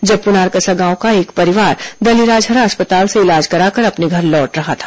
जब पुनारकसा गांव का एक परिवार दल्लीराजहरा अस्पताल से इलाज कराकर अपने घर लौट रहा था